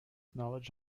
knowledge